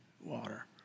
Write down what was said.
water